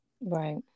Right